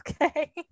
Okay